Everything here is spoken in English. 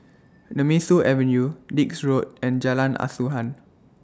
Nemesu Avenue Dix Road and Jalan Asuhan